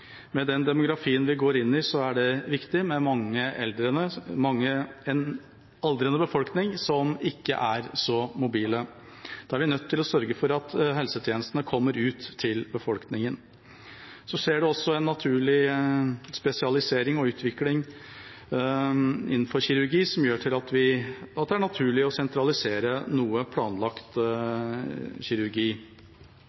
Med den demografien vi går inn i, med en aldrende befolkning som ikke er så mobil, er det viktig. Da er vi nødt til å sørge for at helsetjenestene kommer ut til befolkningen. Så skjer det også en naturlig spesialisering og utvikling innenfor kirurgi som gjør at det er naturlig å sentralisere noe planlagt